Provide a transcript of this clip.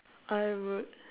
I would